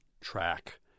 track